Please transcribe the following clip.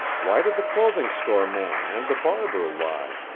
why did the clothing-store man and the barber lie?